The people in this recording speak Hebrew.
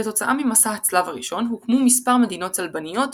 כתוצאה ממסע הצלב הראשון הוקמו מספר מדינות צלבניות,